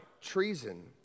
treason